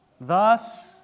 Thus